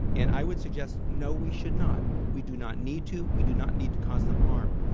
and i would suggest, no, we should not. we do not need to. we do not need to cause them harm.